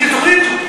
התוכנית,